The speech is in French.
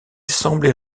semblait